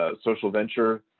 ah social venture